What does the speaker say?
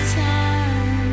time